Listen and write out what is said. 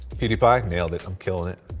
pewdiepie, nailed it. i'm killin it.